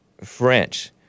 French